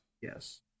Yes